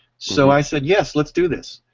so i said yes, let's do this.